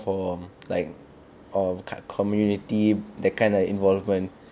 for like err card community that kind of involvement